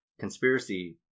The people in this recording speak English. Conspiracy